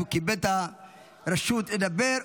הוא קיבל את הרשות לדבר.